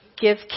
Give